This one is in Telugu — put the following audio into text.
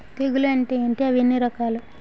తెగులు అంటే ఏంటి అవి ఎన్ని రకాలు?